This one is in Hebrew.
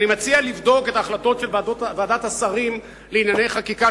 אני מציע לבדוק את ההחלטות של ועדת השרים לענייני חקיקה,